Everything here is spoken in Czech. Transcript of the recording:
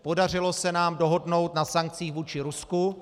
Podařilo se nám dohodnout na sankcích vůči Rusku.